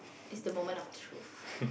is the moment of truth